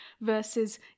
versus